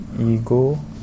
Ego